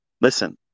Listen